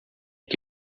que